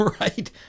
Right